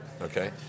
okay